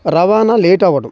రవాణా లేట్ అవ్వడం